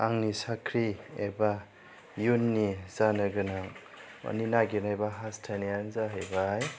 आंनि साख्रि एबा इयुननि जानो गोनां माने नागेरनाय बा हास्थायनायआनो जाहैबाय